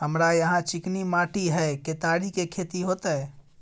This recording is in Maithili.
हमरा यहाँ चिकनी माटी हय केतारी के खेती होते?